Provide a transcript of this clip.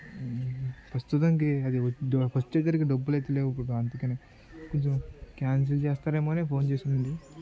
ప్రస్తుతానికి అది ఫస్ట్ అయితే ఇప్పుడు డబ్బులు అయితే లేవు ఇప్పుడు ద అందుకని కొంచెం కాన్సెల్ చేస్తారేమో అని ఫోన్ చేసాను అండి